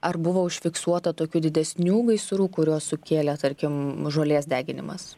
ar buvo užfiksuota tokių didesnių gaisrų kuriuos sukėlė tarkim žolės deginimas